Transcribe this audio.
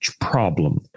problem